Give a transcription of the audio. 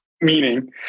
meaning